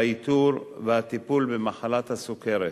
האיתור והטיפול במחלת הסוכרת.